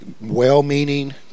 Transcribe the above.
well-meaning